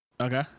Okay